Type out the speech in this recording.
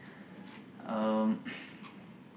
um